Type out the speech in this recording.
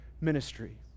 ministry